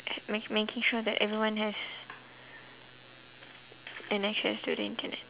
with making sure that everyone has an access to internet